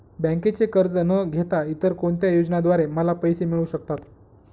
बँकेचे कर्ज न घेता इतर कोणत्या योजनांद्वारे मला पैसे मिळू शकतात?